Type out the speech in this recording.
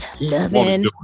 loving